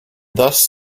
thus